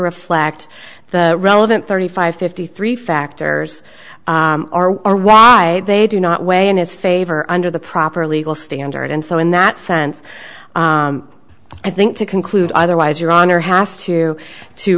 reflect the relevant thirty five fifty three factors are wide they do not weigh in his favor under the proper legal standard and so in that sense i think to conclude otherwise your honor has to to